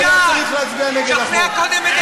הייתה צריכה להצביע היום נגד החוק,